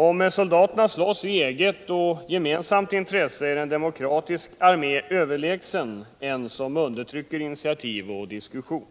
Om soldaterna slåss i eget och gemensamt intresse är en demokratisk armé överlägsen en som undertrycker initiativ och diskussion.